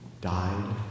died